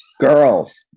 Girls